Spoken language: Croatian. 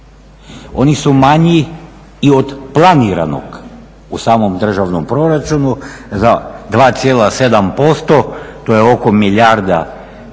Oni su manji i od planiranog u samom državnom proračunu za 2,7%, to je oko milijarda kuna,